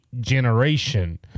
generation